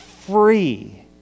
free